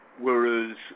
whereas